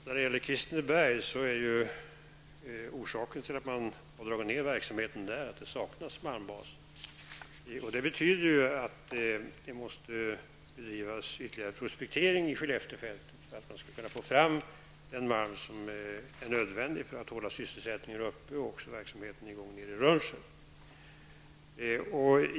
Herr talman! Orsaken till att man dragit ned verksamheten i Kristineberg är att det saknas malmbas. Det betyder att det måste bedrivas ytterligare prospektering i Skelleftefältet för att man skall kunna få fram den malm som är nödvändig för att hålla sysselsättningen uppe och verksamheten i gång i Rönnskär.